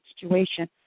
situation